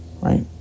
right